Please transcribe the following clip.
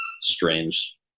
strange